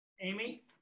Amy